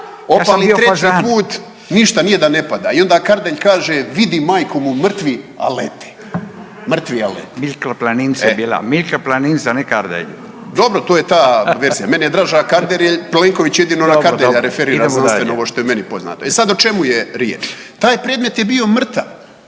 Opali treći put, ništa, ni jedan ne pada. I onda Kardelj kaže: „Vidi majku mu mrtvi, a lete!“ …/Upadica Radin: Milka Planinc je bila, a ne Kardelj./… Dobro, to je ta verzija. Meni je draži Kardelj, jer Plenković jedino na Kardelja referira znanstveno ovo što je meni poznato. I sad o čemu je riječ? Taj predmet je bio mrtav,